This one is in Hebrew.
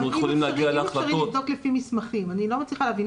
אנחנו יכולים להגיע להחלטות --- אני לא מצליחה להבין,